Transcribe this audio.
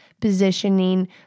positioning